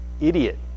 idiot